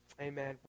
Amen